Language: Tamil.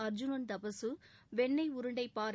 அர்ஜுனன் தபசு வெண்ணை உருண்டை பாறை